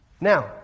Now